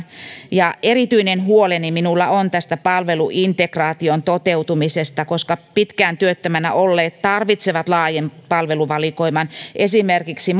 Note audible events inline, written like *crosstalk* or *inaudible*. erityinen huoleni minulla on tästä palveluintegraation toteutumisesta koska pitkään työttömänä olleet tarvitsevat laajan palveluvalikoiman esimerkiksi *unintelligible*